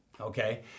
Okay